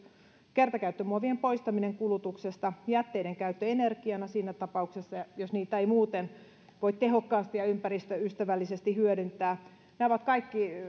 kertakäyttömuovien poistaminen kulutuksesta jätteiden käyttö energiana siinä tapauksessa jos niitä ei muuten voi tehokkaasti ja ympäristöystävällisesti hyödyntää nämä ovat kaikki